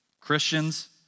Christians